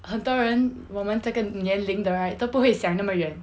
很多人我们这个年龄的 right 都不会想那么远